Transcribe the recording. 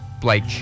Blake